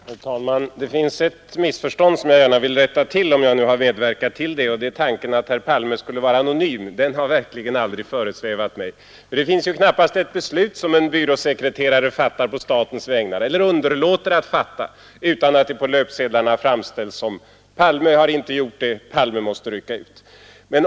Herr talman! Det finns ett missf tånd som jag gärna vill rätta till, om jag har medverkat till det det är tanken att herr Palme skulle vara anonym. Den har verkligen aldrig föresvävat mig. Det finns knappast ett beslut som en byråsekreterare fattar på statens vägnar eller underlåter att fatta som inte på löpsedlarna framställs som ”Palme har gjort det och det” eller ”Palme måste rycka ut”.